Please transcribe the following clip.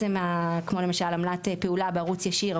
כמו למשל עמלת פעולה בערוץ ישיר,